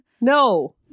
No